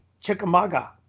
Chickamauga